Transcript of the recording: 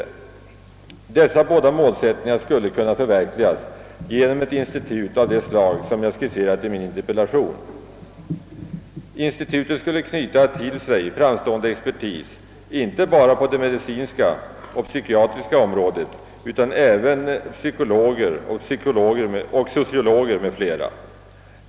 Dessa båda mål skulle kunna förverkligas genom ett institut av det slag jag skisserat i min interpellation. Institutet skulle till sig knyta framstående expertis, inte bara på det medicinska och psykiatriska området utan även psykologer och sociologer m.fl.